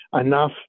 enough